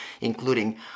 including